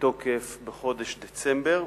לתוקף בחודש דצמבר,